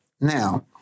Now